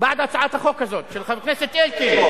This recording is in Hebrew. בעד הצעת החוק הזאת, של חבר הכנסת אלקין.